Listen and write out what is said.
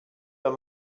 pas